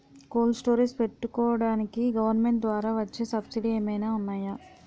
Cold storage పెట్టుకోడానికి government ద్వారా వచ్చే సబ్సిడీ ఏమైనా ఉన్నాయా?